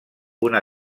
una